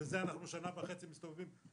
בשביל זה אנחנו שנה וחצי מסתובבים.